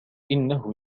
إنه